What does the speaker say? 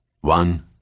One